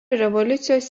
revoliucijos